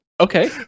Okay